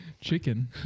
chicken